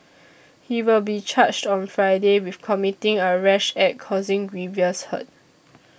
he will be charged on Friday with committing a rash act causing grievous hurt